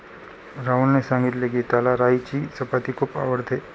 राहुलने सांगितले की, त्याला राईची चपाती खूप आवडते